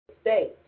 state